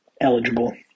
eligible